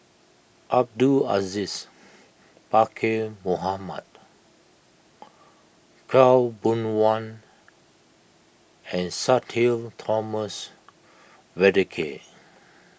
Abdul Aziz Pakkeer Mohamed Khaw Boon Wan and Sudhir Thomas Vadaketh